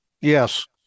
Yes